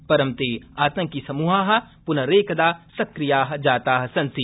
परं ते आतंकिसमूहा प्नरेकदा सक्रिया जाता सन्ति